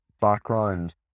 background